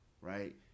right